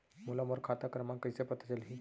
मोला मोर खाता क्रमाँक कइसे पता चलही?